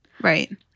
Right